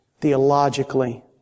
theologically